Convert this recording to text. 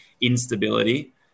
instability